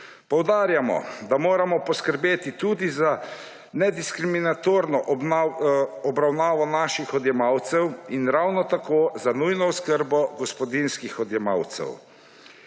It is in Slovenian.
Poudarjamo, da moramo poskrbeti tudi za nediskriminatorno obravnavo naših odjemalcev in ravno tako za nujno oskrbo gospodinjskih odjemalcev.